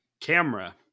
camera